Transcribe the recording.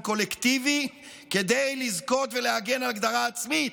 קולקטיבי כדי לזכות ולהגן על הגדרה עצמית,